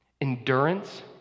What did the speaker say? Endurance